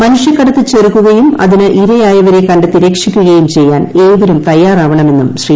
മനുഷ്യകടത്ത് ചെറുക്കുകയും ഇതിന് ഇരയായവരെ കണ്ടെത്തി രക്ഷിക്കുകയും ചെയ്യാൻ ഏവരും തയ്യാറാവണമെന്നും ശ്രീ